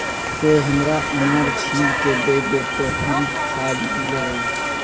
कोई हमरा अनार छील के दे दे, तो हम खा लेबऊ